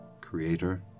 Creator